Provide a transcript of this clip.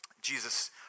Jesus